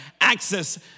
access